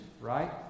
right